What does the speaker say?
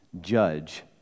judge